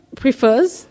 prefers